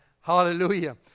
hallelujah